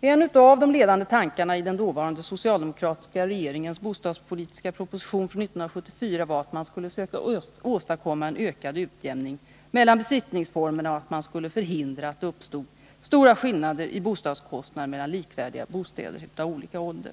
En av de ledande tankarna i den dåvarande socialdemokratiska regeringens bostadspolitiska proposition från 1974 var att man skulle söka åstadkomma en ökad utjämning mellan besittningsformerna och att man skulle förhindra att det uppstod stora skillnader i boendekostnader mellan likvärdiga bostäder av olika ålder.